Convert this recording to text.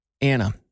Anna